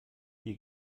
hier